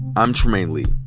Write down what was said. i'm trymaine lee.